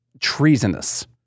treasonous